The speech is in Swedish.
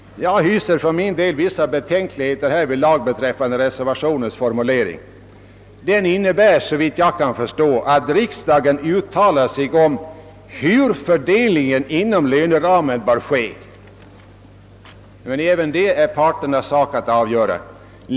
Jag hyser vissa betänkligheter härvidlag beträffande reservationens formulering. Den innebär, såvitt jag förstår, att riksdagen skall uttala sig om hur fördelningen inom löneramen bör ske. Men även det är parternas sak att avgöra.